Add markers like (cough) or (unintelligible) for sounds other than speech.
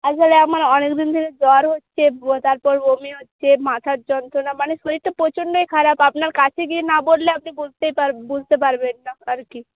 আসলে আমার অনেক দিন ধরে জ্বর হচ্ছে (unintelligible) তারপর বমি হচ্ছে মাথার যন্ত্রণা মানে শরীরটা প্রচণ্ডই খারাপ আপনার কাছে গিয়ে না বললে আপনি বুঝতেই (unintelligible) বুঝতে পারবেন না আর কি